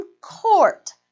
Court